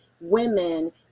women